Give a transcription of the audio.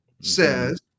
says